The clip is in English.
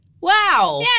Wow